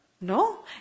No